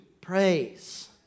praise